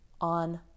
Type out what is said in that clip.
on